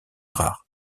rare